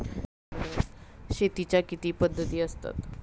शेतीच्या किती पद्धती असतात?